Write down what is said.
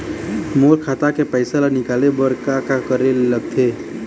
मोर खाता के पैसा ला निकाले बर का का करे ले लगथे?